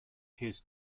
his